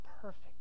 perfect